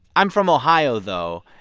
i'm from ohio, though.